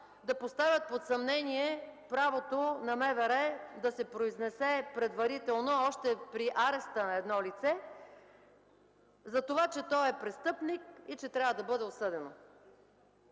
да поставят под съмнение правото на МВР да се произнесе предварително още при ареста на едно лице, че то е престъпник и трябва да бъде осъдено.